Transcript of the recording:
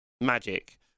magic